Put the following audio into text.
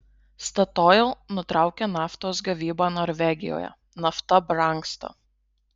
statoil nutraukia naftos gavybą norvegijoje nafta brangsta